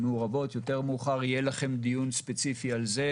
יותר מאוחר יהיה לכם דיון ספציפי על זה